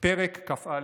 פרק כ"א,